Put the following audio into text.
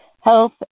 health